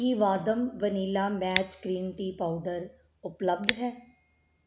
ਕੀ Vahdam vanilla matcha green tea powder ਉਪਲੱਬਧ ਹੈ